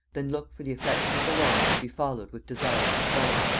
then look for the affectionate alarm to be followed with desirous assault.